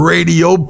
Radio